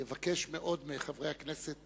אני מבקש מאוד מחברי הכנסת